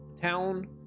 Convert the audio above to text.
town